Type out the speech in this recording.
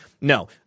No